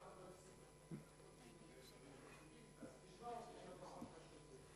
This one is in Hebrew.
כנסת נכבדה, משק החשמל של ישראל מצוי במשבר